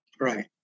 Right